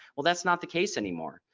well, that's not the case anymore.